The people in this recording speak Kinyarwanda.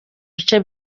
bice